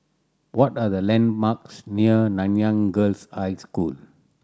what are the landmarks near Nanyang Girls' High School